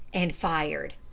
and fired.